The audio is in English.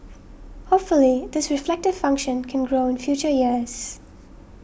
hopefully this reflective function can grow in future years